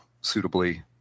suitably